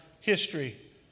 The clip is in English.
history